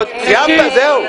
סיימת, זהו.